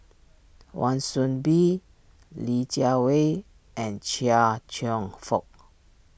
Wan Soon Bee Li Jiawei and Chia Cheong Fook